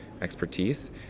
expertise